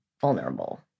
vulnerable